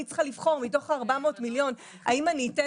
אני צריכה לבחור מתוך 400,000,000 ₪ האם אני אתן